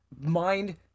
mind